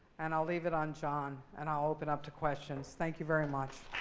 and i'll leave it on john. and i'll open up to questions. thank you, very much.